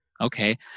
okay